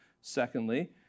Secondly